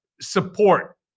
support